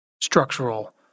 structural